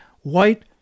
white